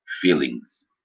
feelings